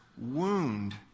wound